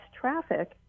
traffic